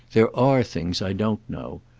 there are things i don't know.